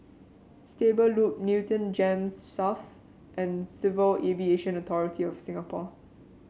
Stable Loop Newton Gems South and Civil Aviation Authority of Singapore